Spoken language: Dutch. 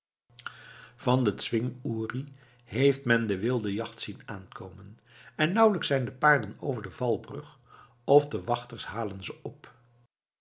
van den zwing uri heeft men de wilde jacht zien aankomen en nauwlijks zijn de paarden over de valbrug of de wachters halen ze op